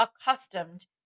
accustomed